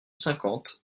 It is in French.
cinquante